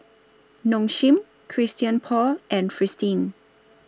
Nong Shim Christian Paul and Fristine